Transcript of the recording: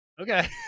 Okay